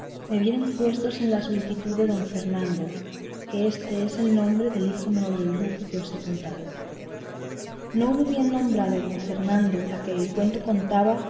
me vieron puestos en la solicitud de don fernando que éste es el nombre del hijo menor del duque que os he contado no hubo bien nombrado a don fernando la que el cuento contaba